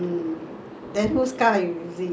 Mercedes B_M_W or Mercedes ah